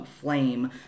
flame